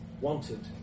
wanted